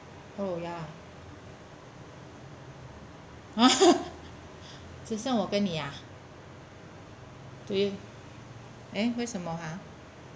oh ya 只剩我跟你啊：zhi sheng wo gen ni a 对 eh 为什么 ha